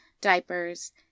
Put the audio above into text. diapers